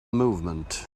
movement